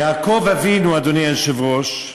יעקב אבינו, אדוני היושב-ראש,